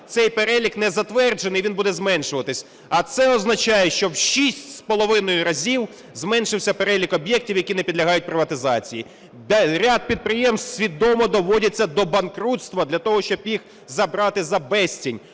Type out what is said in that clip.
Цей перелік не затверджений, він буде зменшуватись. А це означає, що в 6,5 разів зменшився перелік об'єктів, які не підлягають приватизації. Ряд підприємств свідомо доводяться до банкрутства для того, щоб їх забрати за безцінь.